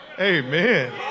Amen